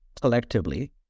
collectively